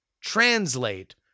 translate